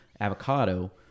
avocado